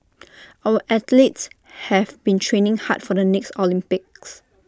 our athletes have been training hard for the next Olympics